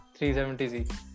370Z